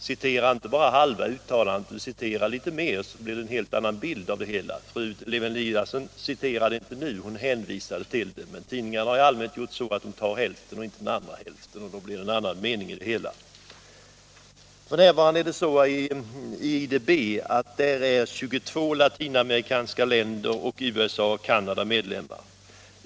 Citera inte bara halva uttalandet! Citera litet mer, så blir bilden en helt annan! Fru Lewén-Eliasson citerade visserligen inte nu, men hon hänvisade till vad som stått i tidningarna, och eftersom tidningarna i allmänhet bara tar med den ena hälften blir det en helt annan mening i det hela. I IDB är f. n. 22 latinamerikanska länder samt USA och Canada medlemmar.